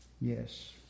Yes